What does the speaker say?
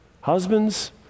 husbands